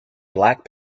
black